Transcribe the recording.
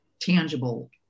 tangible